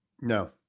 No